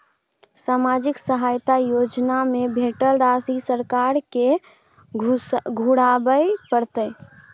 सामाजिक सहायता योजना में भेटल राशि सरकार के घुराबै परतै?